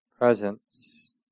presence